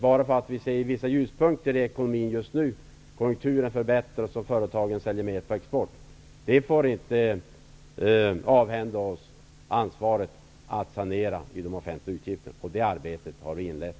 Bara för att vi ser vissa ljuspunkter i ekonomin just nu, konjunkturen förbättras och företagen säljer mer på export får vi inte avhända oss ansvaret att sanera i de offentliga utgifterna. Det arbetet har vi inlett.